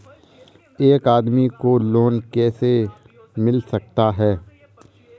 एक आदमी को लोन कैसे मिल सकता है?